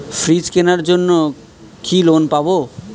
Fridge কেনার জন্য কি লোন পাব?